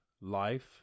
life